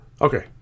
Okay